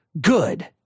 good